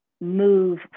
move